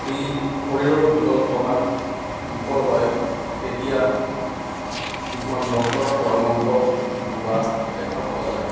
যদি শৰীৰৰ ওজন বঢ়াত বিফল হয় তেতিয়া কিছুমান ডক্টৰৰ পৰামৰ্শ লোৱা দেখা পোৱা যায়